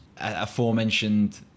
aforementioned